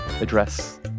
address